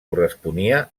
corresponia